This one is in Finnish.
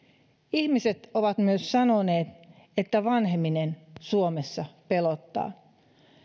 ihmiset ovat myös sanoneet että vanheneminen suomessa pelottaa